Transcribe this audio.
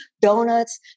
donuts